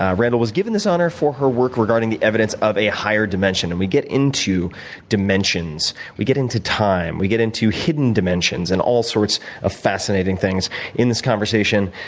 ah randall was given this honor for her work regarding the evidence of a higher dimension. and we get into dimensions. we get into time. we get into hidden dimensions and all sorts of fascinating things in this conversation.